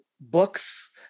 books